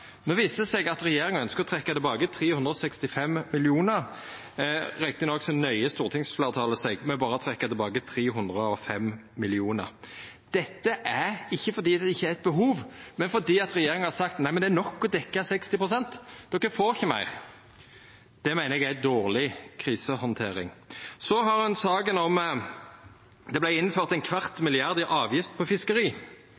viser det seg at regjeringa ønskjer å trekkja tilbake 365 mill. kr. Rett nok nøyer stortingsfleirtalet seg med å trekkja tilbake berre 305 mill. kr. Det er ikkje fordi det ikkje er eit behov der ute, men fordi regjeringa har sagt at det er nok å dekkja 60 pst. – dei får ikkje meir. Det meiner eg er dårleg krisehandtering. Så har me saka om at det vart innført ein kvart milliard kroner i